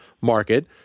market